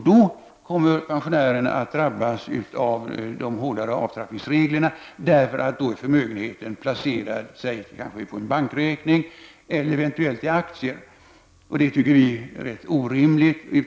Då drabbas pensionären av de hårdare avtrappningsreglerna, eftersom förmögenheten är placerad i en bankräkning eller eventuellt i aktier. Det tycker vi är rätt orimligt.